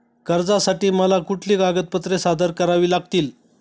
कर्जासाठी मला कुठली कागदपत्रे सादर करावी लागतील?